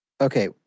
Okay